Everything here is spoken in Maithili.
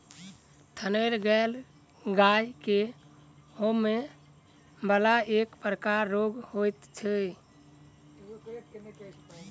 थनैल गाय के होमय बला एक प्रकारक रोग होइत छै